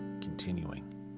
continuing